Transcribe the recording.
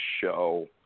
show